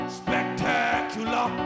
spectacular